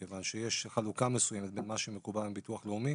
כיוון שיש חלוקה מסוימת בין מה שמקובל בביטוח לאומי